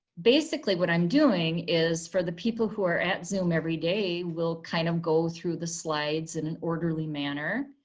basically what i'm doing is for the people who are at zoom everyday, we'll kind of go through the slides in an orderly manner.